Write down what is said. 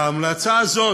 ההמלצה הזאת,